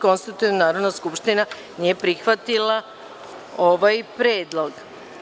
Konstatujem da Narodna skupština nije prihvatila ovaj predlog.